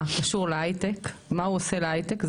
קשור להייטק, מה הוא עושה להייטק?